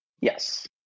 Yes